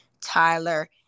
Tyler